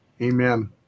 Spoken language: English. Amen